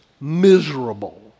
miserable